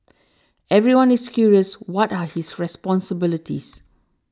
everyone is curious what are his responsibilities